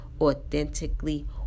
authentically